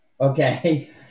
okay